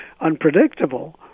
unpredictable